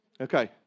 Okay